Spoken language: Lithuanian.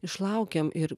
išlaukėm ir